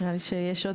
שומעים אותי?